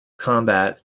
combat